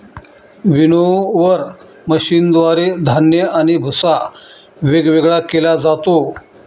winnower मशीनद्वारे धान्य आणि भुस्सा वेगवेगळा केला जातो